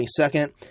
22nd